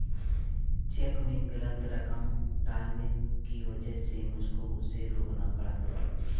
check में गलत रकम डालने की वजह से मुझको उसे रोकना पड़ा